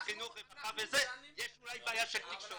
רווחה וזה, יש אולי בעיה של תקשורת.